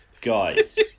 guys